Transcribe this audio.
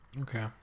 Okay